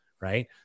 right